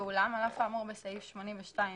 ואולם, על אף האמור בסעיף 82(א1)(1),